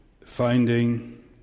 finding